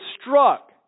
struck